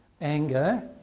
anger